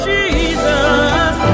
Jesus